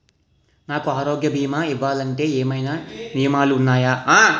నాకు ఆరోగ్య భీమా ఇవ్వాలంటే ఏమైనా నియమాలు వున్నాయా?